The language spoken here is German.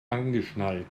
angeschnallt